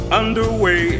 underway